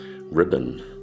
ribbon